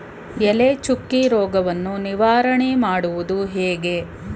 ಎಲೆ ಚುಕ್ಕಿ ರೋಗವನ್ನು ನಿವಾರಣೆ ಮಾಡುವುದು ಹೇಗೆ?